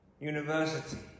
university